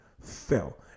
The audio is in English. fell